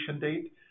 date